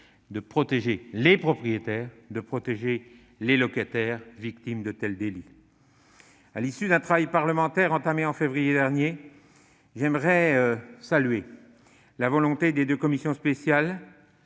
de protéger les propriétaires et les locataires victimes de tels délits. À l'issue d'un travail parlementaire entamé en février dernier, je tiens à saluer la volonté des deux commissions spéciales,